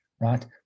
right